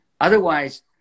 Otherwise